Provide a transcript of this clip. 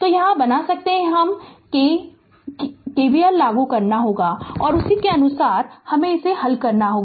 तो यह बना सकते हैं कि k हमें KVL लागू करना होगा और उसी के अनुसार हमें इसे हल करना होगा